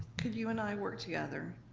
could you and i work together,